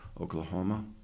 Oklahoma